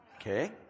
Okay